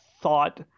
thought